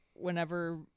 whenever